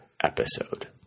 episode